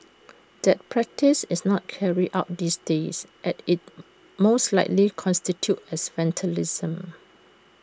that practice is not carried out these days at IT most likely constitutes as vandalism